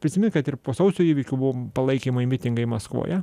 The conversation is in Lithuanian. prisimink kad ir po sausio įvykių buvo palaikymai mitingai maskvoje